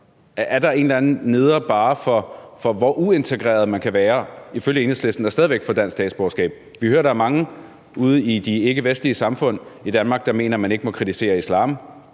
en eller anden nedre barre for, hvor uintegreret man kan være og stadig væk få dansk statsborgerskab? Vi hører, der er mange ude i de ikkevestlige samfund i Danmark, der mener, man ikke må kritisere islam.